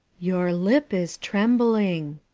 your lip is trembling,